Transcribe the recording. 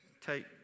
take